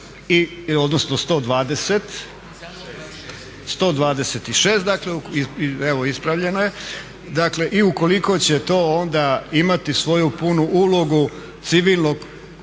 odnosno 126, dakle, evo ispravljeno je, dakle i ukoliko će to onda imati svoju punu ulogu civilne